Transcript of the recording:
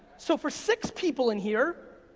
so for six people in here,